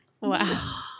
Wow